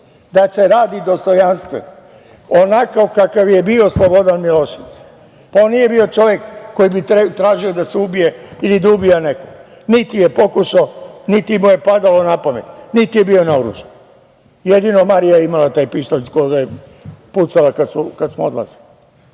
da se radilo dostojanstveno, onako kakav je bio Slobodan Milošević. On nije bio čovek koji bi tražio da se ubije ili da ubija nekog, niti je pokušao, niti mu je padalo napamet, niti je bio naoružan. Jedino je Marija imala taj pištolj iz koga je pucala kada smo odlazili